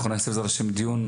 אנחנו נעשה בעזרת השם דיון.